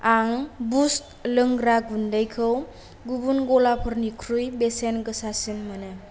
आं बुस्ट लोंग्रा गुन्दैखौ गुबुन गलाफोरनिख्रुइ बेसेन गोसासिन मोनो